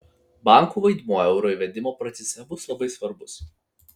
bankų vaidmuo euro įvedimo procese bus labai svarbus